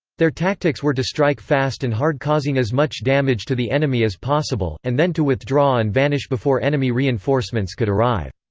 their tactics were to strike fast and hard causing as much damage to the enemy as possible, and then to withdraw and vanish before enemy reinforcements could arrive.